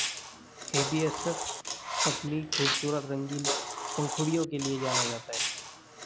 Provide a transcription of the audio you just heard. hibiscus अपनी खूबसूरत रंगीन पंखुड़ियों के लिए जाना जाता है